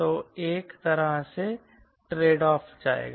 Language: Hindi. तो एक तरह से ट्रेडऑफ जाएगा